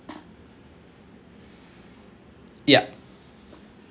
yup